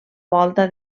volta